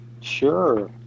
Sure